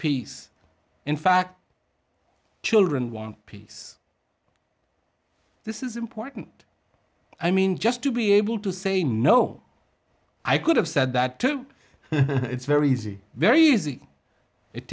peace in fact children want peace this is important i mean just to be able to say no i could have said that too it's very easy very easy it